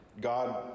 God